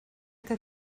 que